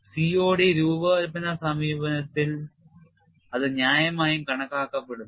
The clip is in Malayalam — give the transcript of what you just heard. COD രൂപകൽപ്പന സമീപനത്തിൽ അത് ന്യായമായും കണക്കാക്കപ്പെടുന്നു